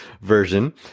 version